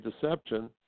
Deception